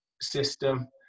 system